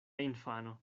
infano